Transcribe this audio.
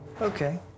Okay